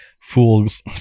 Fool's